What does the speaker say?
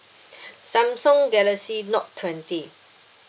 Samsung galaxy note twenty